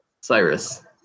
Cyrus